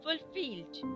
fulfilled